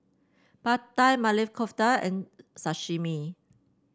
Pad Thai Maili Kofta and Sashimi